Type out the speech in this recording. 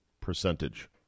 percentage